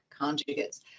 conjugates